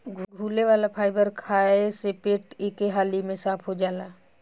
घुले वाला फाइबर खाए से पेट एके हाली में साफ़ हो जाला